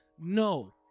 No